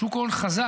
שוק ההון חזק,